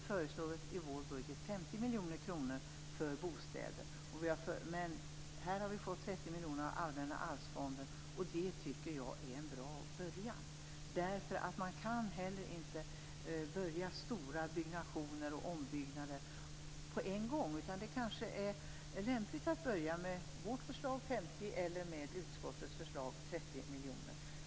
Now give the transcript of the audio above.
I Miljöpartiets budget hade vi föreslagit 50 miljoner kronor för bostäder. Här har vi fått 30 miljoner av Allmänna arvsfonden. Det tycker jag är en bra början. Man kan heller inte börja stora byggnationer och ombyggnader på en gång. Det kanske är lämpligt att börja med vårt förslag om 50 miljoner eller utskottets förslag om 30 miljoner.